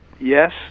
Yes